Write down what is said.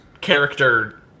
character